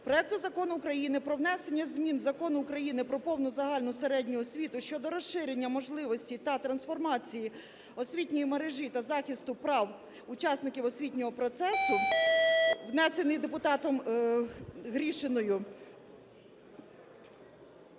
проекту Закону України про внесення змін до Закону України "Про повну загальну середню освіту" щодо розширення можливостей для трансформації освітньої мережі та захисту прав учасників освітнього процесу, внесений депутатом Гришиною…